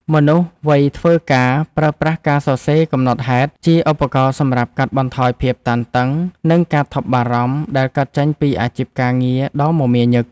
មនុស្សវ័យធ្វើការ ប្រើប្រាស់ការសរសេរកំណត់ហេតុជាឧបករណ៍សម្រាប់កាត់បន្ថយភាពតានតឹង និងការថប់បារម្ភដែលកើតចេញពីអាជីពការងារដ៏មមាញឹក។